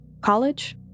College